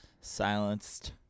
Silenced